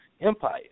empire